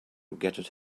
regretted